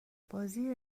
بازی